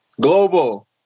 Global